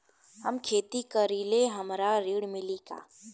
हम खेती करीले हमरा ऋण मिली का?